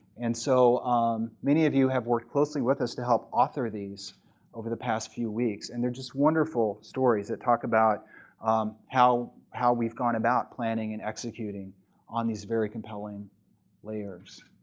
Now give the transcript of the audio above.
and so um many of you have worked closely with us to help author these over the past few weeks. and they're just wonderful stories that talk about how how we've gone about planning and executing um these very compelling layers.